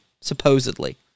Supposedly